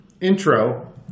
Intro